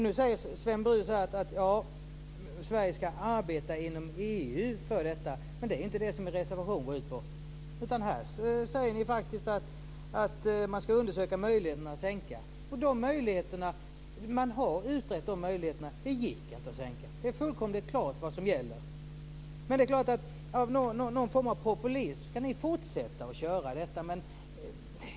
Nu säger Sven Brus att Sverige ska arbeta inom EU för detta. Men det är inte vad er reservation går ut på. Här säger ni faktiskt att man ska undersöka möjligheten att sänka. Man har utrett de möjligheterna. Det gick inte att sänka. Det är fullkomligt klart vad som gäller. Av någon form av populism fortsätter ni att köra den linjen.